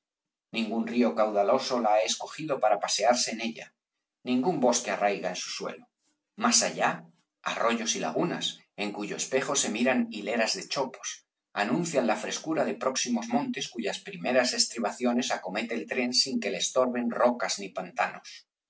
ningún río caudaloso la ha escogido para pasearse en ella ningún bosque arraiga en su suelo más allá arroyos y lagunas en cuyo espejo se miran hileras de chopos anuncian la frescura de próximos montes cuyas primeras estribaciones acomete el tren sin que le estorben rocas ni pantanos